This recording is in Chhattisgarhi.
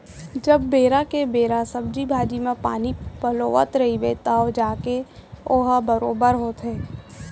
जब बेरा के बेरा सब्जी भाजी म पानी पलोवत रइबे तव जाके वोहर बरोबर होथे